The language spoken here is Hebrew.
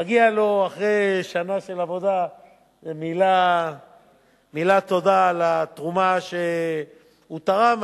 מגיעה לו אחרי שנה של עבודה מילת תודה על התרומה שהוא תרם,